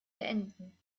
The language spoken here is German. beenden